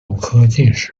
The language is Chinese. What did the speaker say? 科进士